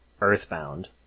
Earthbound